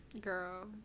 Girl